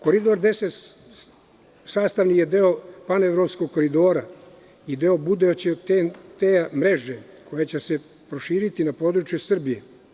Koridor 10 sastavni je deo panevropskog koridora i deo buduće te mreže koja će se proširiti na području Srbije.